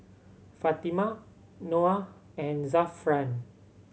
Fatimah Noah and Zafran